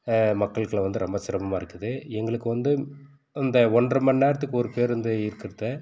மக்கள்களை வந்து ரொம்ப சிரமமாக இருக்குது எங்களுக்கு வந்து இந்த ஒன்றமணி நேரத்துக்கு ஒரு பேருந்து இருக்கறதை